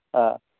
হা